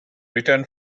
return